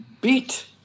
beat